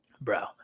bro